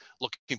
looking